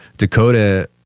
Dakota